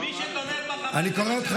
הוא צריך,